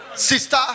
Sister